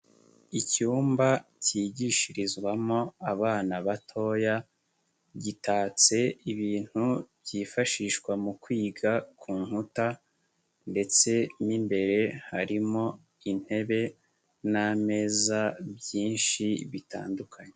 Icyumba cyigishirizwamo abana batoya, gitatse ibintu byifashishwa mu kwiga ku nkuta ndetse n'imbere harimo intebe n'ameza byinshi bitandukanye.